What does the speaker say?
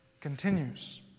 continues